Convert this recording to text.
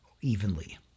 evenly